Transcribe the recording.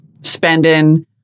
spending